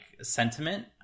sentiment